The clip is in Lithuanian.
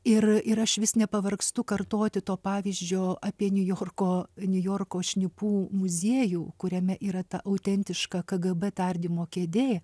ir ir aš vis nepavargstu kartoti to pavyzdžio apie niujorko niujorko šnipų muziejų kuriame yra ta autentiška kgb tardymo kėdė